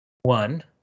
one